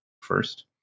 first